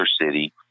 city